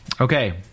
Okay